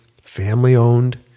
family-owned